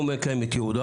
לא מקיים את ייעודו,